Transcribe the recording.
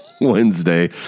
Wednesday